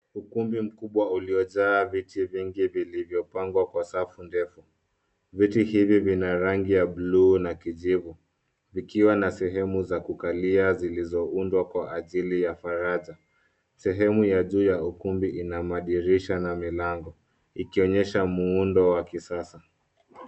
Ukumbi mkubwa uliojaa viti vingi vilivyopangwa kwa safu ndefu. Viti hivi vina rangi ya blue na kijivu vikiwa na sehemu za kukalia zilizoundwa kwa ajili ya faraja. Sehemu ya juu ya ukumbi ina madirisha na milango ikionyesha muundo wa kisasa.